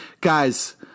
guys